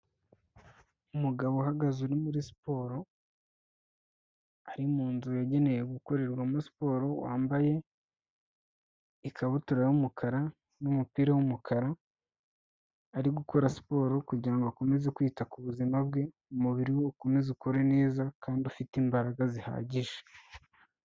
Umugabo uhagaze uri muri siporo, ari mu nzu yagenewe gukorerwamo siporo, wambaye ikabutura y'umukara n'umupira w'umukara, ari gukora siporo kugira ngo akomeze kwita ku buzima bwe, umubiri we ukomeze ukore neza kandi ufite imbaraga zihagije.